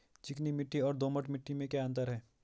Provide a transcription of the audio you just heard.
चिकनी मिट्टी और दोमट मिट्टी में क्या क्या अंतर है?